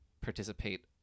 participate